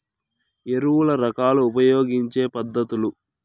ఎరువుల రకాలు ఉపయోగించే పద్ధతులు?